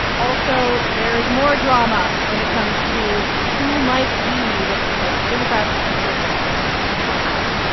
also, there is more drama when it comes to who might lead both the democrats and the republicans in the house.